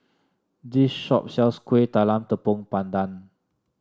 this shop sells Kueh Talam Tepong Pandan